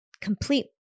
complete